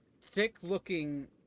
thick-looking